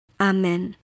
Amen